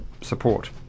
support